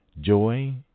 joy